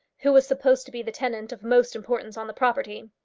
who was supposed to be the tenant of most importance on the property.